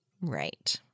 Right